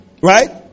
right